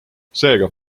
seega